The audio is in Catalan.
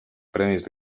premis